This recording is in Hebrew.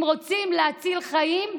אם רוצים להציל חיים,